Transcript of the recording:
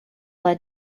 led